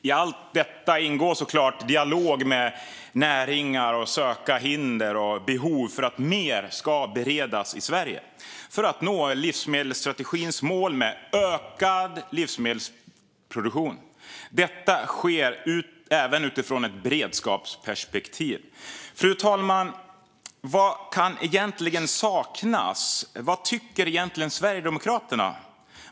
I detta ingår såklart att ha dialog med näringar och att söka hinder och behov när det gäller att mer ska beredas i Sverige, för att vi ska nå livsmedelsstrategins mål om ökad livsmedelsproduktion. Detta sker även utifrån ett beredskapsperspektiv. Fru talman! Vad kan egentligen saknas? Vad tycker Sverigedemokraterna?